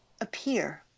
appear